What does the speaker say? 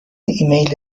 ایمیل